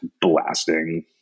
blasting